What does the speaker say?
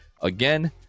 Again